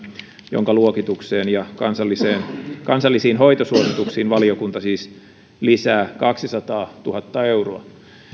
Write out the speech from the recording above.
jonka luokitukseen ja kansallisiin hoitosuosituksiin valiokunta siis lisää kaksisataatuhatta euroa